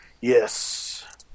Yes